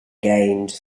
gained